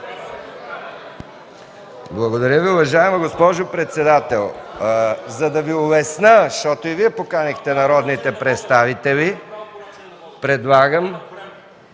Благодаря Ви, уважаема госпожо председател! За да Ви улесня, защото и Вие подканихте народните представители, предлагам